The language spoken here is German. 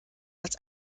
als